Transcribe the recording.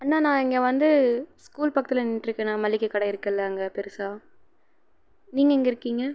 அண்ணா நான் இங்கே வந்து ஸ்கூல் பக்கத்தில் நின்றுட்ருக்கேன்ணா மளிகை கடை இருக்குல்லை அங்கே பெரிசா நீங்கள் எங்கே இருக்கீங்க